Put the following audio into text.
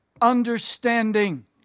understanding